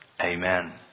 Amen